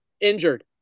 Injured